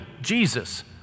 Jesus